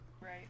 right